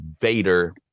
Vader